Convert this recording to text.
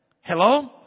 Hello